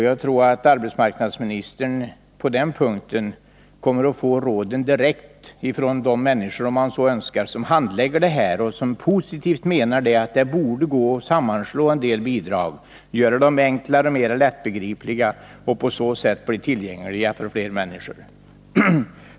Jag tror att arbetsmarknadsministern, om han vill det, på den punkten kan få råden direkt från de människor som handlägger dessa frågor och som har en positiv inställning när det gäller att slå samman en del bidrag, göra reglerna enklare och mer lättbegripliga och på så sätt göra bidragen tillgängliga för fler människor.